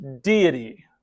deity